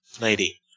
Lady